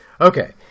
Okay